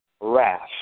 wrath